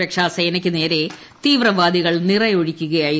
സുരക്ഷാ സേനയ്ക്കുനേരെ തീവ്രവാദികൾ നിറയൊഴിക്കുകയായിരുന്നു